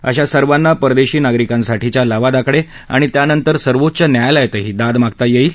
अशा सर्वांना परदेशी नागरिकांसाठीच्या लवादाकडे आणि त्यानंतर सर्वोच्च न्यालयातही दाद मागता येणार आहे